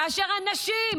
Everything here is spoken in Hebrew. כאשר אנשים